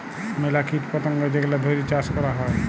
ম্যালা কীট পতঙ্গ যেগলা ধ্যইরে চাষ ক্যরা হ্যয়